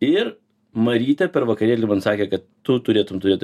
ir marytė per vakarėlį man sakė kad tu turėtum turėti